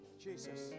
Jesus